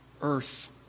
earth